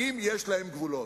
האם יש להם גבולות?